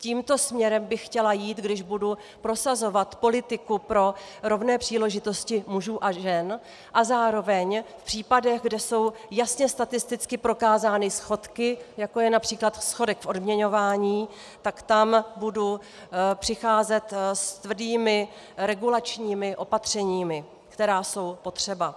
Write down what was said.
Tímto směrem bych chtěla jít, když budu prosazovat politiku pro rovné příležitosti mužů a žen, a zároveň v případech, kde jsou jasně statisticky prokázány schodky, jako je například schodek v odměňování, tak tam budu přicházet s tvrdými regulačními opatřeními, která jsou potřeba.